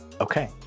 Okay